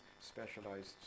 specialized